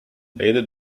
later